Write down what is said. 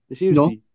No